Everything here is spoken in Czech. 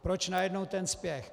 Proč najednou ten spěch?